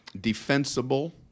defensible